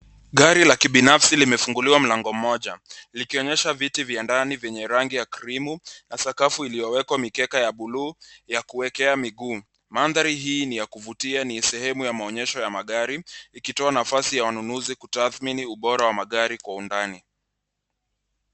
Gari la kibinafsi limefunguliwa mlango moja likionyesha viti vya ndani vyenye rangi ya krimu na sakafu iliyowekwa mikeka ya buluu ya kuwekea miguu. Mandhari hii ni ya kuvutia ni sehemu ya maonyesho ya magari ikitoa nafasi ya wanunuzi kutathmini ubora wa magari kwa undani.